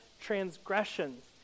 transgressions